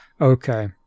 okay